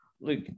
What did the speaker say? look